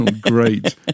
Great